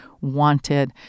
wanted